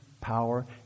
power